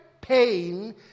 pain